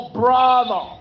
brother